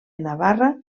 navarra